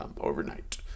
overnight